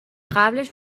قبلش